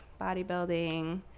bodybuilding